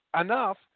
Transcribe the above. Enough